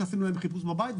שעשינו להם חיפוש בבית,